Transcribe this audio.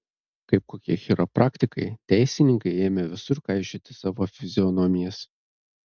kaip kokie chiropraktikai teisininkai ėmė visur kaišioti savo fizionomijas